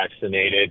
vaccinated